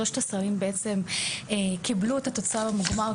שלושת השרים קיבלו את התוצר המוגמר,